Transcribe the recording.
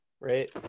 right